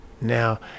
now